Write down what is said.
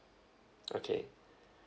okay